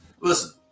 listen